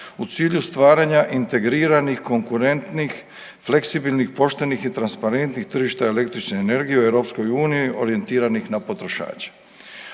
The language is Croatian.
u cilju stvaranja integriranih, konkurentnih, fleksibilnih, poštenih i transparentnih tržišta električne energije u EU orijentiranih na potrošače.